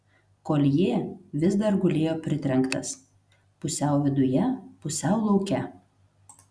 koljė vis dar gulėjo pritrenktas pusiau viduje pusiau lauke